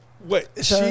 Wait